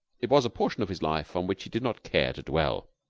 it was a portion of his life on which he did not care to dwell.